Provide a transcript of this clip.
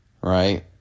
right